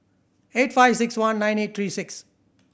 eight five six one nine eight three six